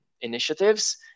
initiatives